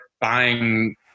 buying